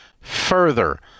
further